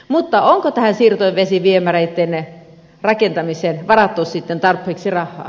mutta onko tähän siirtovesiviemäreitten rakentamiseen varattu sitten tarpeeksi rahaa